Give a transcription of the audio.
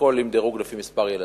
הכול עם דירוג לפי מספר ילדים,